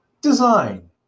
design